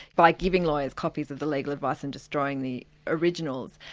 by giving lawyers copies of the legal advice and destroying the originals.